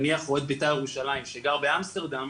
נניח אוהד בית"ר ירושלים שגר באמסטרדם,